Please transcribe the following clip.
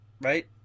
right